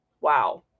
Wow